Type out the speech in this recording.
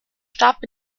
stab